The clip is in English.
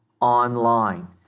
online